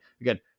again